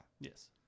Yes